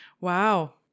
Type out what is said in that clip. Wow